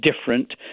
different